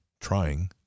Trying